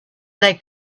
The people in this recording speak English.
they